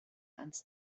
ans